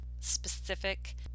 specific